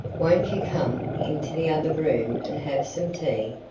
won't you come into the other room and have some tea?